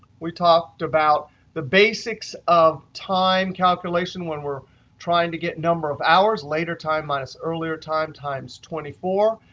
we talked about the basics of time calculation when we're trying to get number of hours, later time minus earlier time times twenty four.